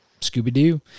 Scooby-Doo